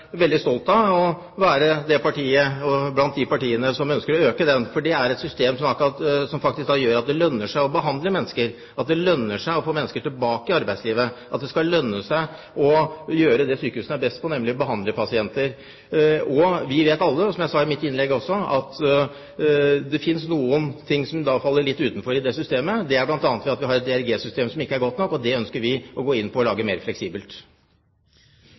veldig stolt av å være blant de partiene som ønsker å øke ISF-andelen, for det er et system som gjør at det lønner seg å behandle mennesker, at det lønner seg å få mennesker tilbake i arbeidslivet, at det skal lønne seg å gjøre det sykehusene er best på, nemlig å behandle pasienter. Vi vet alle – som jeg også sa i mitt innlegg – at det finnes enkelte ting som faller litt utenfor i det systemet, bl.a. ved at vi har et DRG-system som ikke er godt nok. Det ønsker vi å gå inn på og lage mer fleksibelt.